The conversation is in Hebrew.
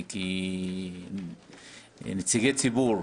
כנציגי ציבור,